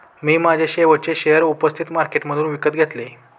मी माझे शेवटचे शेअर उपस्थित मार्केटमधून विकत घेतले